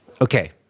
Okay